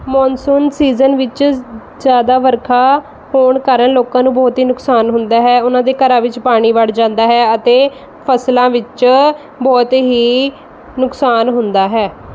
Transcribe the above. monsoon season ਵਿੱਚ ਜ਼ਿਆਦਾ ਵਰਖਾ ਹੋਣ ਕਾਰਨ ਲੋਕਾਂ ਨੂੰ ਬਹੁਤ ਹੀ ਨੁਕਸਾਨ ਹੁੰਦਾ ਹੈ ਉਹਨਾਂ ਦੇ ਘਰਾਂ ਵਿੱਚ ਪਾਣੀ ਵੜ ਜਾਂਦਾ ਹੈ ਅਤੇ ਫਸਲਾਂ ਵਿੱਚ ਬਹੁਤ ਹੀ ਨੁਕਸਾਨ ਹੁੰਦਾ ਹੈ